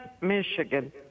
Michigan